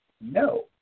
No